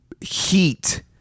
heat